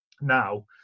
Now